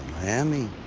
miami?